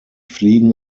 fliegen